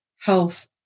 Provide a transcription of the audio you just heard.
health